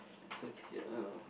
thirty um